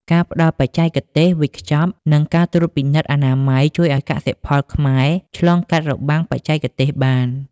ការផ្ដល់បច្ចេកទេសវេចខ្ចប់ និងការត្រួតពិនិត្យអនាម័យ ជួយឱ្យកសិផលខ្មែរឆ្លងកាត់របាំងបច្ចេកទេសបាន។